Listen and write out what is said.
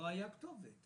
לא הייתה כתובת.